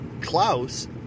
Klaus